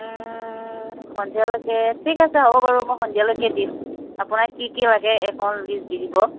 সন্ধিয়ালৈকে ঠিক আছে হ'ব বাৰু মই সন্ধিয়ালৈকে দিম আপোনাক কি কি লাগে এখন লিষ্ট দি দিব